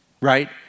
Right